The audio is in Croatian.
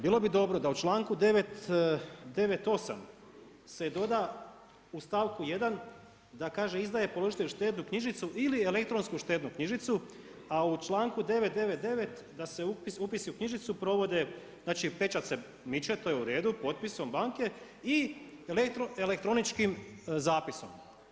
Bilo bi dobro da u članku 998. se doda u stavku 1. da kaže izdaje … štednu knjižicu ili elektronsku štednu knjižicu a u članku 999. da se upisi u knjižicu provode znači pečat se miče, to je u redu potpisom banke i elektroničkim zapisom.